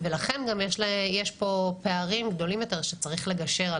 ולכן גם יש פה פערים גדולים יותר שצריך לגשר עליהם,